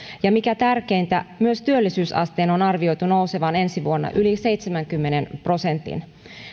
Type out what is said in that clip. ja mikä tärkeintä myös työllisyysasteen on arvioitu nousevan ensi vuonna yli seitsemänkymmenen prosentin